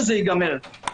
זה כמובן גם אירועים דומים,